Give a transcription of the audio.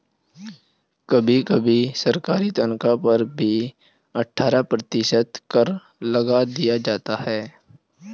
कभी कभी सरकारी तन्ख्वाह पर भी अट्ठारह प्रतिशत कर लगा दिया जाता है